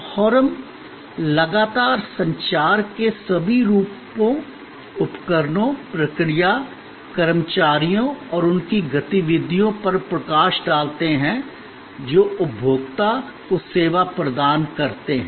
और हम लगातार संचार के सभी रूपों उपकरणों प्रक्रिया कर्मचारियों और उनकी गतिविधियों पर प्रकाश डालते हैं जो उपभोक्ता को सेवा प्रदान करते हैं